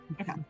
Okay